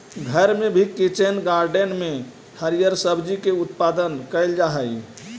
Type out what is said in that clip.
घर में भी किचन गार्डन में हरिअर सब्जी के उत्पादन कैइल जा हई